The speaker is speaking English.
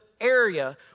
area